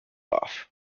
off